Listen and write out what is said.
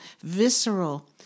visceral